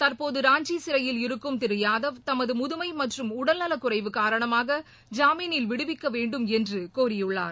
தற்போது ராஞ்சிசிறையில் இருக்கும் திருயாதவ் தமதுமுதுமாமற்றும் உடல்நலக்குறைவு காரணமாக ஜாமீனில் விடுவிக்கவேண்டும் என்றுகோரியுள்ளார்